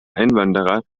einwanderer